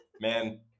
Man